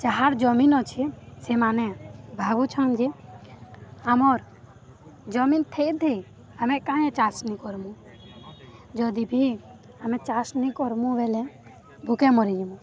ଯାହାର ଜମିିନ ଅଛି ସେମାନେ ଭାବୁଛନ୍ ଯେ ଆମର୍ ଜମିନ ଥାଇଥି ଆମେ କାହିଁ ଚାଷନ କର୍ମୁ ଯଦି ବି ଆମେ ଚାଷ ନି କର୍ମୁ ବଲେ ଭୋକେ ମରିଯିମୁ